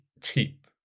cheap